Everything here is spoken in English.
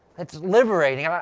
it's liberating.